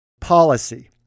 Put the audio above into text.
policy